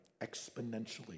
exponentially